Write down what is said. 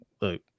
Look